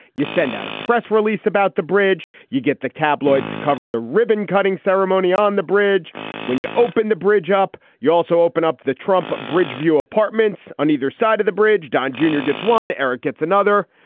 you send out a press release about the bridge, you get the tabloids cover the ribbon cutting ceremony on the bridge when you open the bridge up. you also open up the trump bridge view apartments on either side of the bridge. don junior gets one, eric gets another.